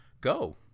go